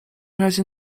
razie